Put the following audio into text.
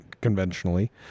conventionally